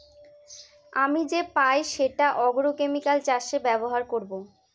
আমি যে পাই সেটা আগ্রোকেমিকাল চাষে ব্যবহার করবো